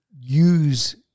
use